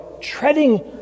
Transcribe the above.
treading